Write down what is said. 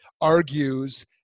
argues